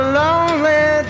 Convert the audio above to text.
lonely